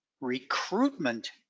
recruitment